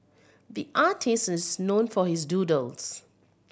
the artist is known for his doodles